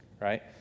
Right